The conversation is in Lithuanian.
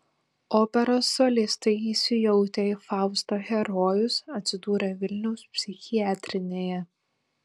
operos solistai įsijautę į fausto herojus atsidūrė vilniaus psichiatrinėje